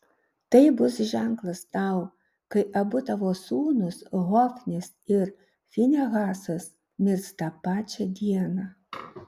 tai bus ženklas tau kai abu tavo sūnūs hofnis ir finehasas mirs tą pačią dieną